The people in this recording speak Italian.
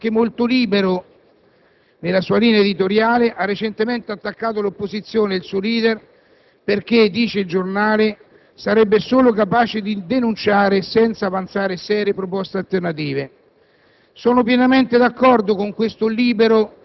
Un giornale molto vicino al centro-destra, ma anche molto libero nella sua linea editoriale, ha recentemente attaccato l'opposizione e il suo *leader* perché, dice il giornale, sarebbero solo capaci di denunciare, senza avanzare serie proposte alternative.